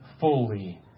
fully